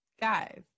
guys